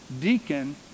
deacon